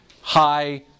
high